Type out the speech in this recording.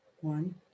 One